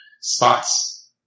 spots